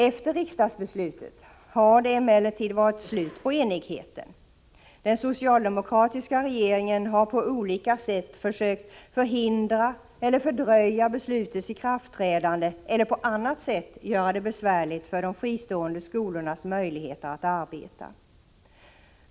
Efter riksdagsbeslutet har det emellertid varit slut på enigheten. Den socialdemokratiska regeringen har på olika sätt försökt förhindra eller fördröja beslutets ikraftträdande eller på annat sätt göra det besvärligt för de fristående skolorna att arbeta.